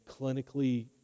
clinically